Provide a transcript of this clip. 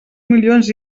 milions